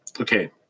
okay